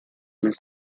mes